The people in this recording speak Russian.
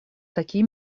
такие